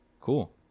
cool